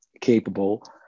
capable